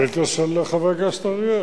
שאילתא של חבר הכנסת אריאל.